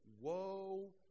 woe